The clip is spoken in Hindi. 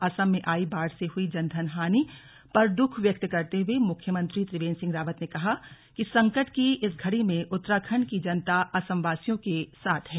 असम में आई बाढ़ से हुई जन धन हानि पर दुःख व्यक्त करते हुए मुख्यमंत्री त्रिवेन्द्र सिंह रावत ने कहा कि संकट की इस घड़ी में उत्तराखंड की जनता असमवासियों के साथ है